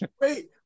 Wait